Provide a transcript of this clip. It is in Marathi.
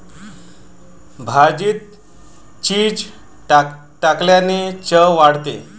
भाजीत चिंच टाकल्याने चव वाढते